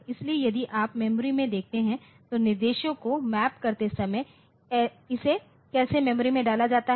इसलिए यदि आप मेमोरी में देखते हैं तो निर्देशों को मैप करते समय इसे कैसे मेमोरी में डाला जाता है